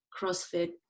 CrossFit